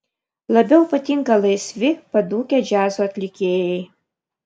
labiau patinka laisvi padūkę džiazo atlikėjai